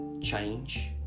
change